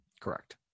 Correct